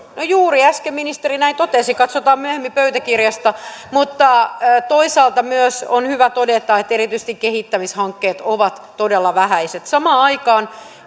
no juuri äsken ministeri näin totesi katsotaan myöhemmin pöytäkirjasta toisaalta myös on hyvä todeta että erityisesti kehittämishankkeet ovat todella vähäiset samaan aikaan